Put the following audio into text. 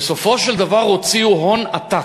בסופו של דבר הוציאו הון עתק,